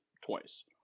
twice